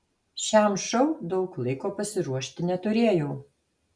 šiam šou daug laiko pasiruošti neturėjau